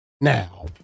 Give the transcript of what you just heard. now